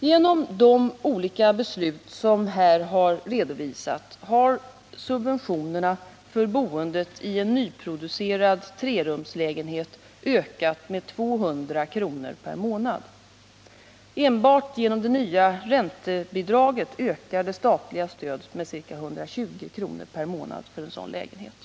Genom de olika beslut som här har redovisats har subventionerna för boendet i en nyproducerad trerumslägenhet ökat med 200 kr. per månad. Enbart genom det nya räntebidraget ökar det statliga stödet med ca 120 kr. per månad för en sådan lägenhet.